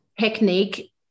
technique